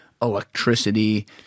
Electricity